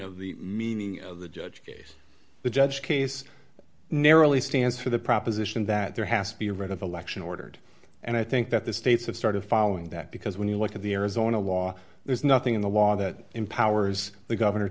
of the meaning of the judge case the judge case narrowly stands for the proposition that there has to be right of election ordered and i think that the states have started following that because when you look at the arizona law there's nothing in the law that empowers the governor